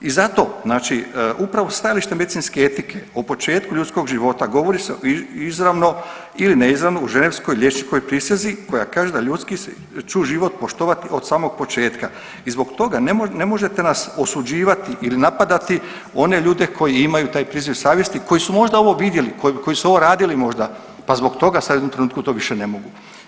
I zato znači upravo stajalište medicinske etike o početku ljudskog života, govori se izravno ili neizravno o ženevskoj liječničkoj prisezi koja kaže da ljudski ću život poštovati od samog početka i zbog toga ne možete nas osuđivati ili napadati one ljude koji imaju taj priziv savjesti, koji su možda ovo vidjeli, koji, koji su ovo radili možda, pa zbog toga sad u jednom trenutku to više ne mogu.